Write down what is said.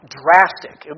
drastic